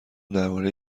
درباره